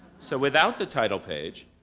so without the title page,